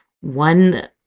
one